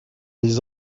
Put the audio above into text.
les